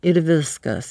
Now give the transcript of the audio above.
ir viskas